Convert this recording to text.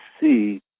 see